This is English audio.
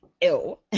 ill